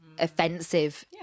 offensive